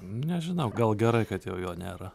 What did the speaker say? nežinau gal gerai kad jau jo nėra